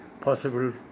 possible